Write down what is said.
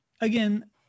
again